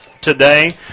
today